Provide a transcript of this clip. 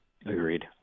Agreed